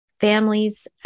families